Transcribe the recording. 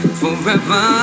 forever